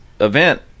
event